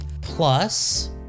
Plus